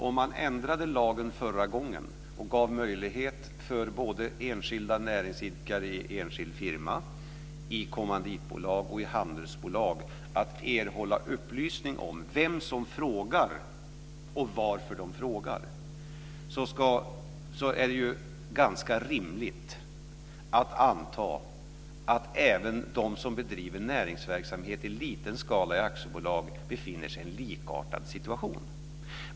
Om man ändrade lagen förra gången och gav möjlighet för enskilda näringsidkare i enskild firma, i kommanditbolag och i handelsbolag att erhålla upplysning om vem som frågar och varför de frågar är det rimligt att anta att även de som bedriver näringsverksamhet i liten skala i aktiebolag befinner sig i en likartad situation.